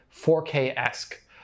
4K-esque